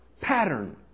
pattern